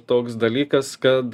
toks dalykas kad